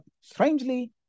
strangely